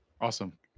Awesome